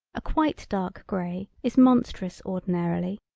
a quite dark grey is monstrous ordinarily,